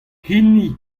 hini